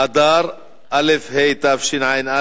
כ"ה באדר א' התשע"א,